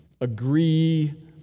agree